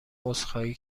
عذرخواهی